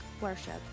worship